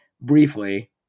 briefly